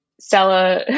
Stella